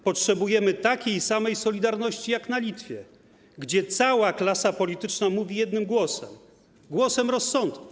Potrzebujemy takiej samej solidarności jak na Litwie, gdzie cała klasa polityczna mówi jednym głosem - głosem rozsądku.